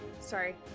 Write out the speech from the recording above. sorry